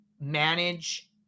manage